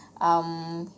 um